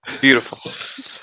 Beautiful